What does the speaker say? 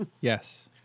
Yes